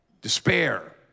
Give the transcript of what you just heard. despair